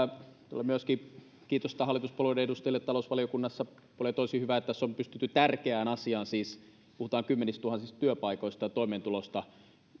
tulee myöskin kiitosta hallituspuolueiden edustajille talousvaliokunnassa puolin ja toisin on hyvä että tässä on pystytty tärkeään asiaan siis puhutaan kymmenistätuhansista työpaikoista ja toimeentulosta